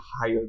higher